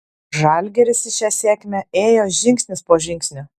žalgiris į šią sėkmę ėjo žingsnis po žingsnio